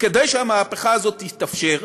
כדי שהמהפכה הזאת תתאפשר,